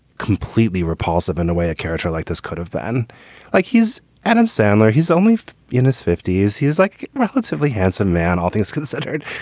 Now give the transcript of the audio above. completely repulsive in a way. a character like this could have been like he's adam sandler. he's only in his fifty s. he's like relatively handsome man. all things considered.